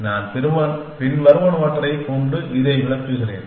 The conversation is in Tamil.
நான் பின்வருவனவற்றைக் கொண்டு இதை விளக்குகிறேன்